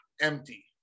empty